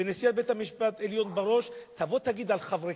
ונשיאת בית-המשפט בראש תבוא ותגיד על חברי